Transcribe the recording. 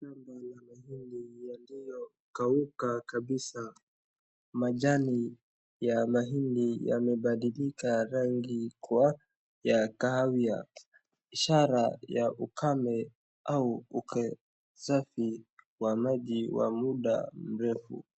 Shamba ya mahindi yaliyokauka kabisa. Majani ya mahindi yamebadilika rangi kuwa ya kahawia. Ishara ya ukame au ukosefu wa maji wa muda mrefu.